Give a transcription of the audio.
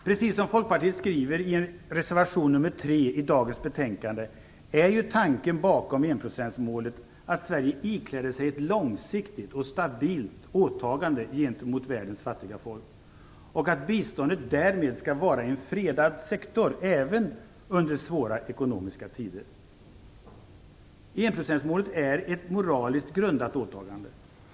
Precis som Folkpartiet skriver i reservation nr 3 till dagens betänkande är tanken bakom enprocentsmålet att Sverige ikläder sig ett långsiktigt och stabilt åtagande gentemot världens fattiga folk och att biståndet därmed skall vara en fredad sektor även under svåra ekonomiska tider. Enprocentsmålet är ett moraliskt grundat åtagande.